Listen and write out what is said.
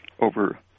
over